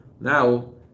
now